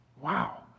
Wow